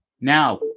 Now